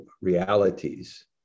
realities